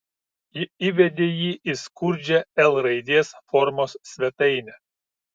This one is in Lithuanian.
ji įvedė jį į skurdžią l raidės formos svetainę